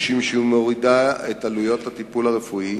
משום שהיא מורידה את עלויות הטיפול הרפואי